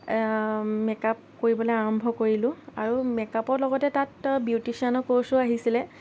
makeup artist কৰিবলৈ আৰম্ভ কৰিলো আৰু মেকআপৰ লগতে তাত বিউটিছিয়ানৰ কোৰ্চো আহিছিলে